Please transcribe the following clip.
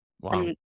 Wow